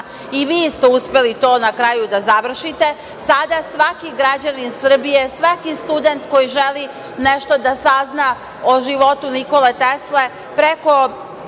Vi ste uspeli na kraju to da završite. Sada svaki građanin Srbije, svaki student koji želi nešto da sazna o životu Nikole Tesle preko